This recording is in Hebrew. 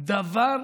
דבר,